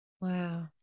Wow